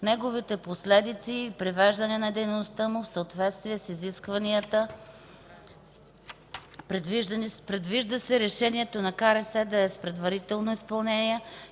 неговите последици и привеждане на дейността му в съответствие с изискванията. Предвижда се решението на КРС да е с предварително изпълнение